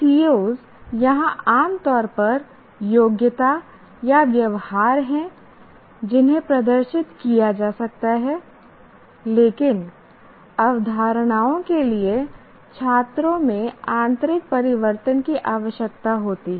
COs यहां आम तौर पर योग्यता या व्यवहार हैं जिन्हें प्रदर्शित किया जा सकता है लेकिन अवधारणाओं के लिए छात्रों में आंतरिक परिवर्तन की आवश्यकता होती है